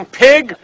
pig